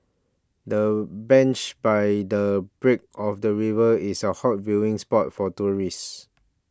the bench by the brink of the river is a hot viewing spot for tourists